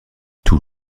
tout